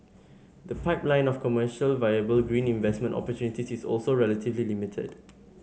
the pipeline of commercially viable green investment opportunities is also relatively limited